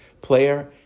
player